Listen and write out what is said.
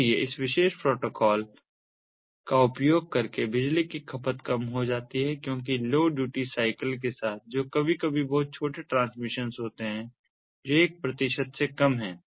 इसलिए इस विशेष प्रोटोकॉल का उपयोग करके बिजली की खपत कम हो जाती है क्योंकि लो ड्यूटी साइकिल के साथ जो कभी कभी बहुत छोटे ट्रांसमिशंस होते हैं जो एक प्रतिशत से कम है